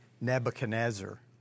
Nebuchadnezzar